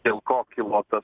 dėl ko kilo tas